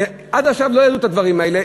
עד עכשיו לא היו הדברים האלה,